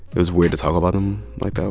it was weird to talk about them, like, that